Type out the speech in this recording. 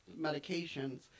medications